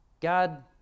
God